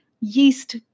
yeast